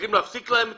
צריכים להפסיק להם הכול?